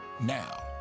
Now